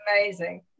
amazing